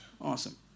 awesome